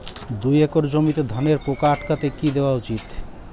দুই একর জমিতে ধানের পোকা আটকাতে কি দেওয়া উচিৎ?